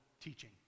teaching